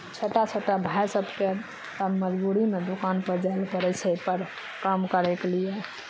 छोटा छोटा भाय सभकेँ मजबूरीमे दोकानपर जाय लेल पड़ै छै पर काम करयके लिए